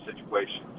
situations